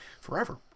forever